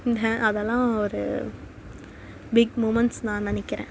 இன் ஹ அதெல்லாம் ஒரு பிக் மூமெண்ட்ஸ் நான் நினைக்கிறேன்